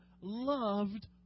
loved